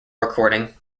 recording